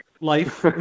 Life